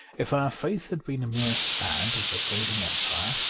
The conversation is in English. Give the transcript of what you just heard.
if our faith had been a mere fad of the fading empire,